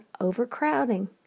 overcrowding